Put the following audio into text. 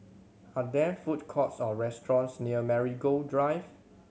are there food courts or restaurants near Marigold Drive